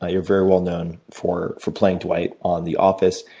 ah you're very well known for for playing dwight on the office,